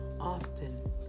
often